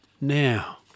Now